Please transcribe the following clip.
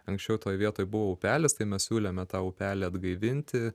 anksčiau toj vietoj buvo upelis tai mes siūlėme tą upelį atgaivinti